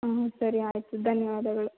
ಹ್ಞೂ ಸರಿ ಆಯಿತು ಧನ್ಯವಾದಗಳು